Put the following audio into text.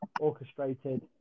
orchestrated